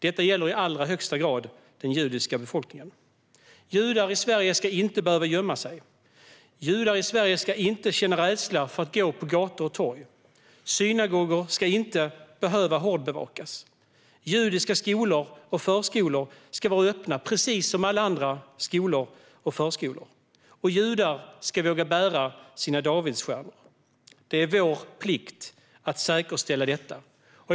Detta gäller i allra högsta grad den judiska befolkningen. Judar i Sverige ska inte behöva gömma sig. Judar i Sverige ska inte känna rädsla för att gå på gator och torg. Synagogor ska inte behöva hårdbevakas. Judiska skolor och förskolor ska vara öppna, precis som alla andra skolor och förskolor. Judar ska våga bära sin davidsstjärna. Det är vår plikt att säkerställa detta.